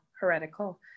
heretical